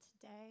today